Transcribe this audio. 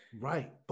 Right